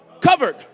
covered